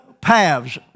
paths